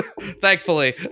thankfully